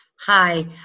Hi